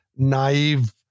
naive